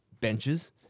benches